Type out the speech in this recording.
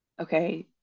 okay